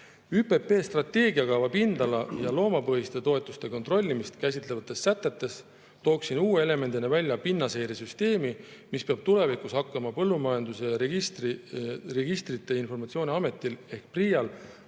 ÜPP strateegiakava pindala‑ ja loomapõhiste toetuste kontrollimist käsitlevates sätetes tooksin uue elemendina välja pinnaseiresüsteemi, mis peab tulevikus hakkama Põllumajanduse Registrite ja Informatsiooni Ametil ehk PRIA‑l